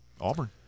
Auburn